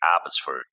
Abbotsford